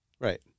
Right